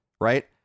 right